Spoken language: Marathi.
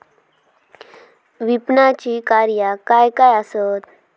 विपणनाची कार्या काय काय आसत?